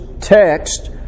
text